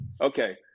okay